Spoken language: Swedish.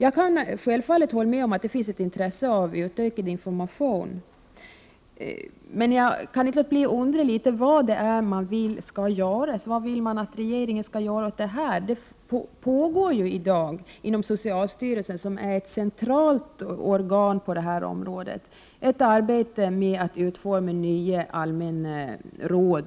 Jag kan självfallet hålla med om att det finns intresse för utökad information, men jag kan inte låta bli att undra vad man vill att regeringen skall göra. Det pågår i dag inom socialstyrelsen, som är det centrala organet på detta område, ett arbete med att utforma nya allmänna råd